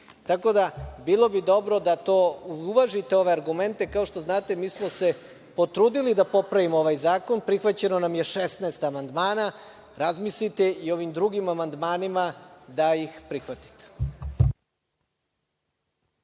itd. Bilo bi dobro da uvažite ove argumente. Kao što znate mi smo se potrudili da popravimo ovaj zakon, prihvaćeno nam je 16 amandmana, razmislite i ovim drugim amandmanima da ih prihvatite.